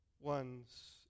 ones